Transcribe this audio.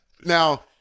Now